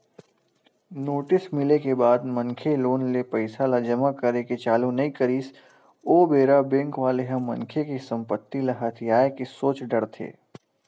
notice मिले के बाद मनखे लोन ले पइसा ल जमा करे के चालू नइ करिस ओ बेरा बेंक वाले ह मनखे के संपत्ति ल हथियाये के सोच डरथे